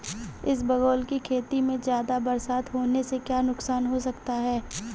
इसबगोल की खेती में ज़्यादा बरसात होने से क्या नुकसान हो सकता है?